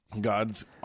God's